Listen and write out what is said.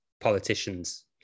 politicians